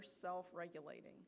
self-regulating